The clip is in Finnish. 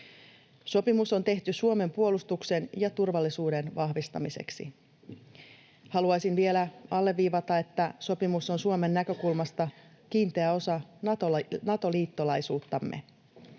Sopimus on tehty Suomen puolustuksen ja turvallisuuden vahvistamiseksi. Haluaisin vielä alleviivata, että sopimus on Suomen näkökulmasta kiinteä osa Nato-liittolaisuuttamme.